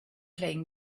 playing